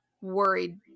worried